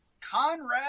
Conrad